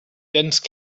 dense